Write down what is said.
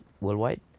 worldwide